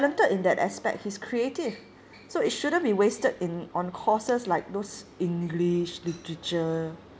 talented in that aspect he's creative so it shouldn't be wasted in on courses like those english literature